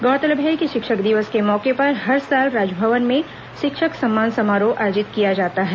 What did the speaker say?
गौरतलब है कि शिक्षक दिवस के मौके पर हर साल राजभवन में शिक्षक सम्मान समारोह आयोजित किया जाता है